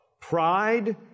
Pride